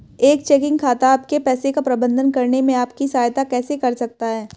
एक चेकिंग खाता आपके पैसे का प्रबंधन करने में आपकी सहायता कैसे कर सकता है?